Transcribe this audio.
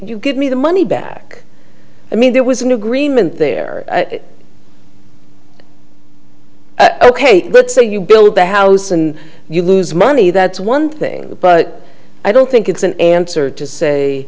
you give me the money back i mean there was an agreement there ok so you build the house and you lose money that's one thing but i don't think it's an answer to say